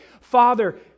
Father